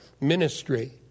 ministry